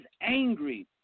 angry